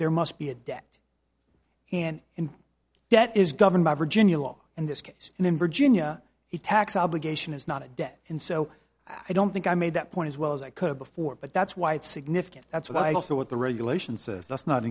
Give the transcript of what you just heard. there must be a debt and and that is governed by virginia law and this case in virginia he tax obligation is not a debt and so i don't think i made that point as well as i could before but that's why it's significant that's what i also what the regulation says that's not